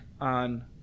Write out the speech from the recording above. on